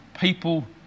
people